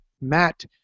Matt